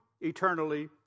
eternally